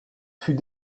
fut